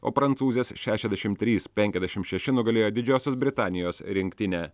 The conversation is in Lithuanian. o prancūzės šešiasdešim trys penkiasdešim šeši nugalėjo didžiosios britanijos rinktinę